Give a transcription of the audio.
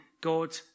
God